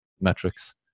metrics